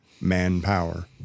manpower